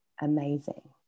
amazing